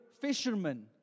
fishermen